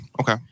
okay